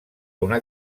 una